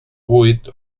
vuit